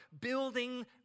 building